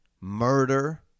murder